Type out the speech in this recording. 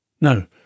No